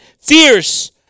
fierce